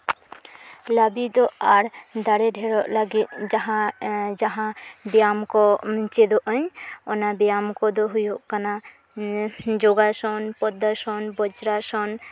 ᱞᱟᱹᱵᱤᱫᱚᱜ ᱟᱨ ᱫᱟᱲᱮ ᱰᱷᱮᱨᱚᱜ ᱞᱟᱹᱜᱤᱫ ᱡᱟᱦᱟᱸ ᱡᱟᱦᱟᱸ ᱵᱮᱭᱟᱢ ᱠᱚ ᱪᱮᱫᱚᱜ ᱟᱹᱧ ᱚᱱᱟ ᱵᱮᱭᱟᱢ ᱠᱚᱫᱚ ᱦᱩᱭᱩᱜ ᱠᱟᱱᱟ ᱡᱳᱜᱟᱥᱚᱱ ᱯᱚᱫᱽᱫᱟᱥᱚᱱ ᱵᱚᱡᱽᱨᱟᱥᱚᱱ